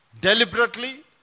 deliberately